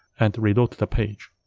and reload the page.